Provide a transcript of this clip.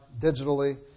digitally